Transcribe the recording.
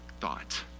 thought